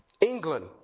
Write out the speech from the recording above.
England